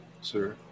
sir